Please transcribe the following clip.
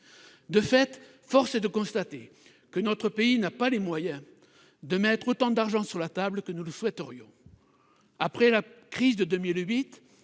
De fait, force est de le constater, notre pays n'a pas les moyens de mettre autant d'argent sur la table que nous le souhaiterions. Après la crise de 2008,